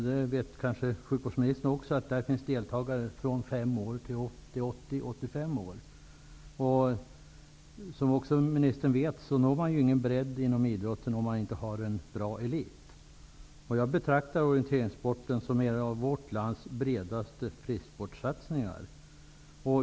Där finns deltagare från 5 år och upp till 80--85 år. Det vet kanske sjukvårdsministern också. Man når ju ingen bredd inom idrotten om man inte har en bra elit. Jag betraktar orienteringssporten som en av vårt lands bredaste frisksportssatsningar.